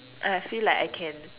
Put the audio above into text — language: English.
I feel like I can